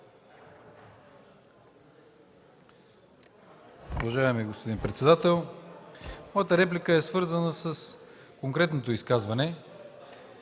Уважаеми господин председател, моята реплика е свързана с конкретното изказване